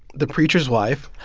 the preacher's wife.